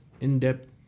in-depth